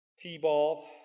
T-ball